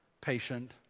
patient